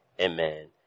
amen